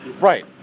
Right